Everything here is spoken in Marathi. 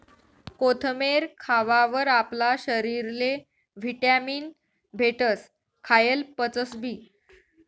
कोथमेर खावावर आपला शरीरले व्हिटॅमीन भेटस, खायेल पचसबी